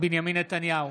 בנימין נתניהו,